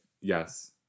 yes